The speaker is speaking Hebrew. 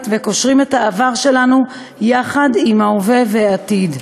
והם קושרים את העבר שלנו בהווה ובעתיד.